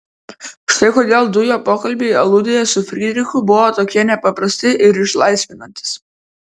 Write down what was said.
štai kodėl du jo pokalbiai aludėje su frydrichu buvo tokie nepaprasti ir išlaisvinantys